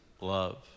love